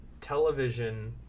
television